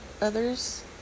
others